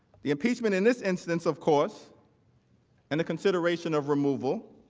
the impeachment in this instance of course and the consideration of removal,